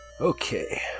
Okay